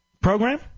program